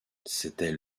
c’était